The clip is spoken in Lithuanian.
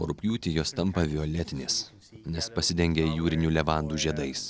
o rugpjūtį jos tampa violetinės nes pasidengia jūrinių levandų žiedais